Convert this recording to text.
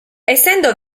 essendo